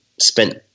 spent